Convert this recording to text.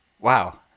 Wow